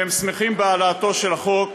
שהם שמחים בהעלאתו של החוק.